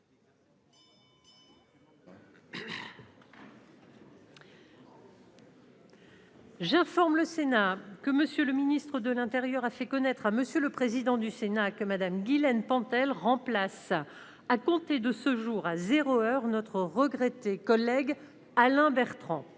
J'informe le Sénat que M. le ministre de l'intérieur a fait connaître à M. le président du Sénat que Mme Guylène Pantel remplace, à compter de ce jour à zéro heure, notre regretté collègue Alain Bertrand.